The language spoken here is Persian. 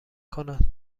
کند